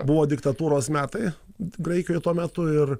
buvo diktatūros metai graikijoj tuo metu ir